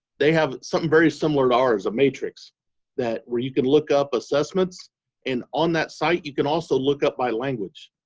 they have something very similar to ours, a matrix that, where you can look up assessments and on that site you can also look up by language.